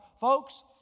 folks